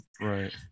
Right